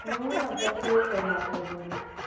हूँ आब देखियौ कहिया तक बनबै छै